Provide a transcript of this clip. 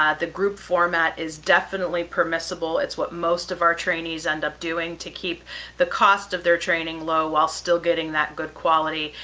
ah the group format is definitely permissible. it's what most of our trainees end up doing to keep the cost of their training low while still getting that good quality,